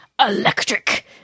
electric-